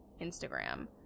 Instagram